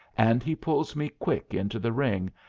and he pulls me quick into the ring,